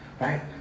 Right